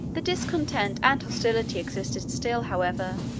the discontent and hostility existed still, however,